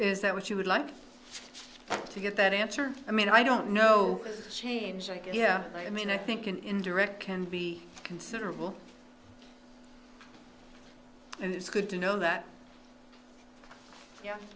is that what you would like to get that answer i mean i don't know change like yeah i mean i think an indirect can be considerable and it's good to know that y